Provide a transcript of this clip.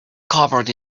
covered